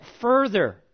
further